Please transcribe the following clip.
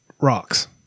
rocks